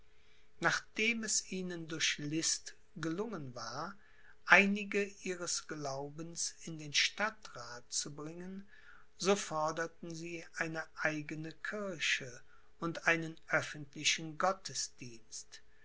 nachdem es ihnen durch list gelungen war einige ihres glaubens in den stadtrath zu bringen so forderten sie eine eigene kirche und einen öffentlichen